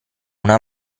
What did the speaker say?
una